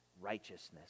righteousness